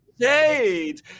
Jade